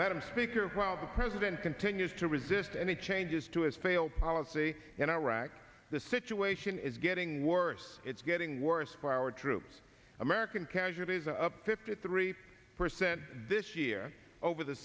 madam speaker while the president continues to resist any changes to his failed policy in iraq the situation is getting worse it's getting worse for our troops i'm eric and casualties are up fifty three percent this year over the